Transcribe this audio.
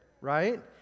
right